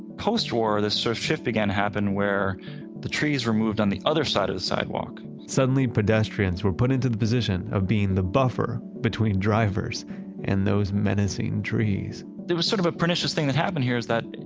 post-war, this sort of shift began to happen where the trees removed on the other side of the sidewalk suddenly pedestrians were put into the position of being the buffer between drivers and those menacing trees there was sort of a pernicious thing that happened here is that,